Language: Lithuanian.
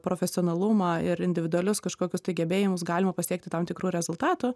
profesionalumą ir individualius kažkokius gebėjimus galima pasiekti tam tikrų rezultatų